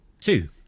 two